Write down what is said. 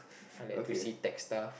I like to see tagged stuff